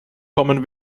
kommen